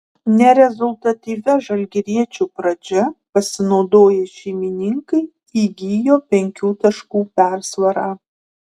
nerezultatyvia žalgiriečių pradžia pasinaudoję šeimininkai įgijo penkių taškų persvarą